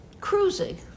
cruising